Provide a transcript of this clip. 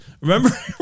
Remember